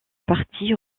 parti